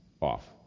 off